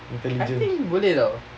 intelligence